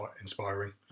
inspiring